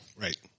Right